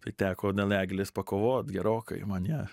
tai teko dėl eglės pakovot gerokai man ją